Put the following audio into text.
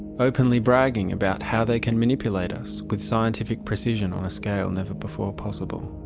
openly bragging about how they can manipulate us with scientific precision on a scale never before possible.